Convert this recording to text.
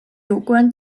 有关